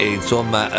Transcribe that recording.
insomma